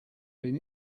been